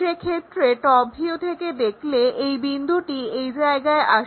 সেক্ষেত্রে top view থেকে দেখলে এই বিন্দুটি এই জায়গায় আসে